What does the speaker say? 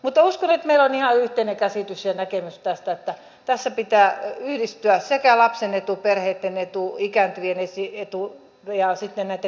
mutta uskon että meillä on ihan yhteinen käsitys ja näkemys tästä että tässä pitää yhdistyä sekä lapsen etu perheitten etu ikääntyvien etu että näitten hoidettavien etu